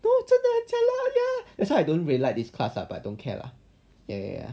no 真的很 jialat lah so that's why I don't really like this class lah but don't care lah ya ya ya